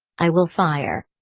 i will fire!